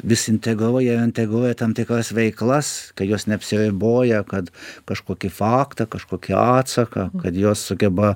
vis integruoja ir integruoja tam tikras veiklas kai jos neapsiriboja kad kažkokį faktą kažkokį atsaką kad jos sugeba